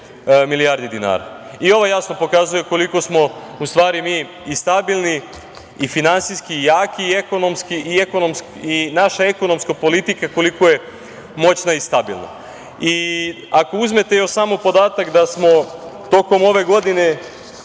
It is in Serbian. milijardi dinara. Ovo jasno pokazuje koliko smo u stvari mi i stabilni i finansijski jaki i naša ekonomska politika koliko je moćna i stabilna. Ako uzmete još samo podatak da smo tokom ove godine